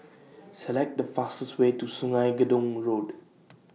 Select The fastest Way to Sungei Gedong Road